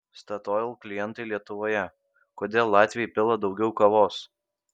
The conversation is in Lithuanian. statoil klientai lietuvoje kodėl latviai pila daugiau kavos